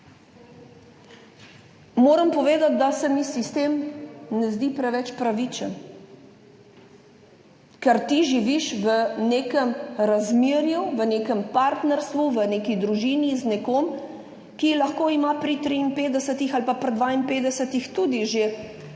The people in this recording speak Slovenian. Moram povedati, da se mi sistem ne zdi preveč pravičen, ker ti živiš v nekem razmerju, v nekem partnerstvu, v neki družini, z nekom, ki lahko ima pri 53 ali pa pri 52 tudi že kar